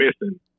missing